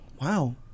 wow